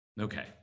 Okay